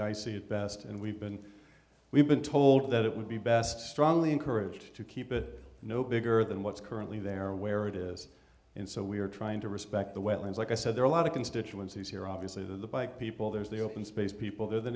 dicey at best and we've been we've been told that it would be best strongly encouraged to keep it no bigger than what's currently there or where it is and so we are trying to respect the wetlands like i said there are a lot of constituencies here obviously the people there's the open space people there the